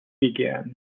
began